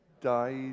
died